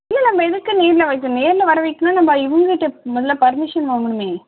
இல்லை நம்ப எதுக்கு நேரில் வர வைக்கணும் நேரில் வர வைக்கணுன்னா நம்ப இவங்கட்ட முதலில் பெர்மிஷன் வாங்கணுமே